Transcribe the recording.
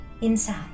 inside